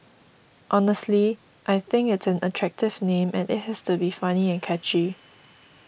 honestly I think it's an attractive name and it has to be funny and catchy